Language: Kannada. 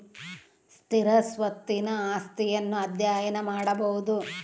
ಸ್ಥಿರ ಸ್ವತ್ತಿನ ಆಸ್ತಿಯನ್ನು ಅಧ್ಯಯನ ಮಾಡಬೊದು